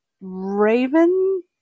Raven